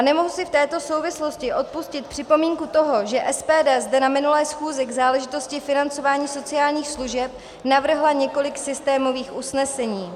Nemohu si v této souvislosti odpustit připomínku toho, že SPD zde na minulé schůzi k záležitosti financování sociálních služeb navrhla několik systémových usnesení.